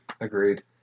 agreed